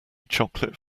chocolate